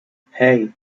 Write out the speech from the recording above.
hey